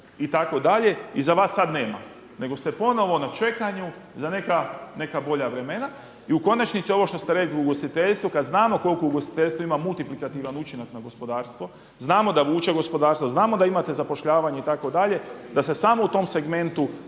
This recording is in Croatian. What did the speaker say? itd. i za vas sada nema, nego ste ponovo na čekanju za neka bolja vremena. I u konačnici ovo što ste rekli u ugostiteljstvu kada znamo koliko ugostiteljstvo ima multiplikativan učinak na gospodarstvo, znamo da vuče gospodarstvo, znamo da imate zapošljavanje itd. da se samo u tom segmentu